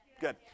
Good